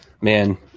Man